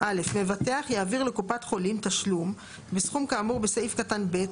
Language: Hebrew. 78כה (א) מבטח יעביר לקופת חולים תשלום בסכום כאמור בסעיף קטן (ב),